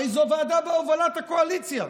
הרי זו ועדה בהובלות הקואליציה,